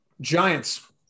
Giants